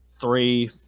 three